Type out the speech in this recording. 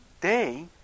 day